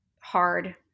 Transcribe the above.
hard